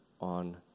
on